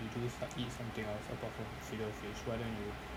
you do start eat something else apart from filet-O-fish why don't you